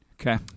Okay